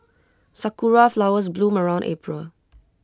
Sakura Flowers bloom around April